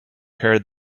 heard